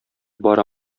бара